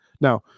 Now